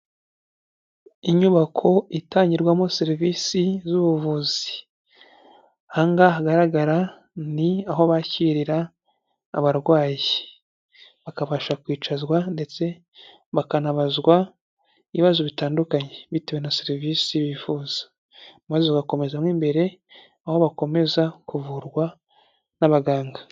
Inyubako itangirwamo serivisi z'ubuvuzi, ahangaha hagaragara ni aho bakirira abarwayi, bakabasha kwicazwa ndetse bakanabazwa ibibazo bitandukanye bitewe na serivisi bifuza, maze ugakomeza mo imbere aho bakomeza kuvurwa n'abaganga.